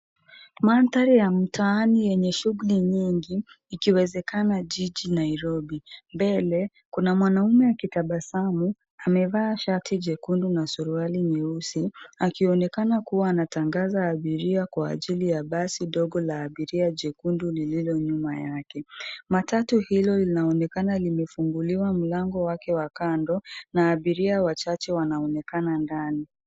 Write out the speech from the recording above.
Mandhari ya mtaani yenye shughuli nyingi, ikiwezekana jiji Nairobi. Mbele, kuna mwanaume akitabasamu, amevaa shati jekundu na suruali nyeusi, akionekana kuwa anatangaza abiria kwa ajili ya basi dogo la abiria jekundu lililo nyuma yake. Matatu hilo linaonekana limefunguliwa mlango wake wa kando, na abiria wachache wanaonekana ndani.